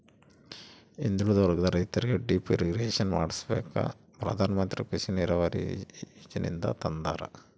ಹಿಂದುಳಿದ ವರ್ಗದ ರೈತರಿಗೆ ಡಿಪ್ ಇರಿಗೇಷನ್ ಮಾಡಿಸ್ಕೆಂಬಕ ಪ್ರಧಾನಮಂತ್ರಿ ಕೃಷಿ ನೀರಾವರಿ ಯೀಜನೆ ತಂದಾರ